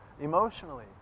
emotionally